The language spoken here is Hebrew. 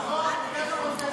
יריב, אל תגיד לא נכון.